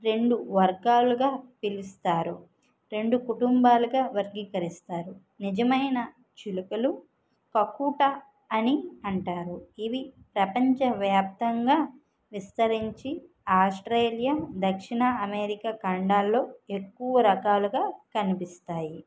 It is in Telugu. రెండు వర్గాలుగా పిలుస్తారు రెండు కుటుంబాలుగా వర్గీకరిస్తారు నిజమైన చిలుకలు కపూట అని అంటారు ఇవి ప్రపంచ వ్యాప్తంగా విస్తరించి ఆస్ట్రేలియా దక్షిణ అమెరికా ఖండాల్లో ఎక్కువ రకాలుగా కనిపిస్తాయి